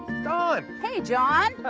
dawn. hey, john.